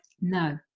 no